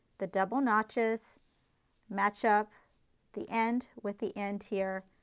the double notches match up the end with the end here.